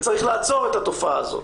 צריך לעצור את התופעה הזאת.